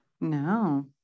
No